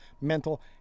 mental